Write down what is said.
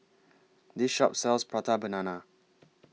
This Shop sells Prata Banana